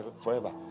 forever